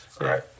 Right